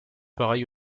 pareil